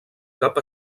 cap